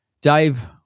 Dave